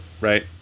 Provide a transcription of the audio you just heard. right